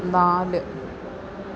നാല്